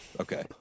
Okay